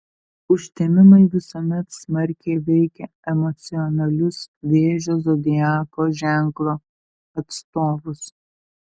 užtemimai visuomet smarkiai veikia emocionalius vėžio zodiako ženklo atstovus